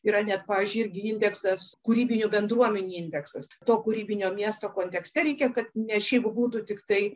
yra net pavyzdžiui irgi indeksas kūrybinių bendruomenių indeksas to kūrybinio miesto kontekste reikia kad ne šiaip būtų tiktai